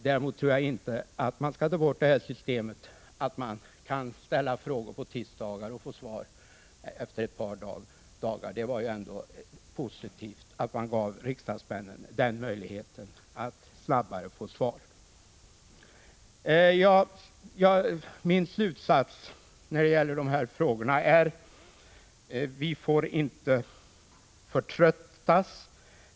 Däremot tror jag inte att vi skall ta bort ordningen att man kan ställa frågor på tisdagar och få svar efter ett par dagar. Det var positivt att riksdagsmännen fick möjlighet att snabbare få svar. Min slutsats när det gäller dessa frågor är att vi inte får förtröttas.